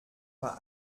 paar